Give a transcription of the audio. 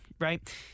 Right